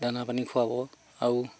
দানা পানী খুৱাব আৰু